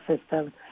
system